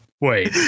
Wait